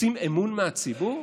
רוצים אמון מהציבור?